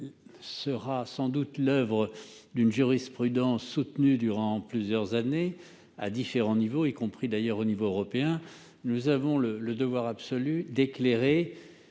sera sans doute l'oeuvre d'une jurisprudence soutenue durant plusieurs années, à différents niveaux, y compris au niveau européen. Nous avons donc le devoir absolu d'éclairer